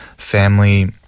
family